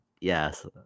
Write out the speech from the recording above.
Yes